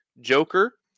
Joker